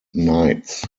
nights